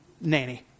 nanny